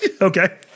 Okay